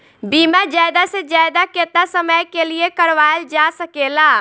बीमा ज्यादा से ज्यादा केतना समय के लिए करवायल जा सकेला?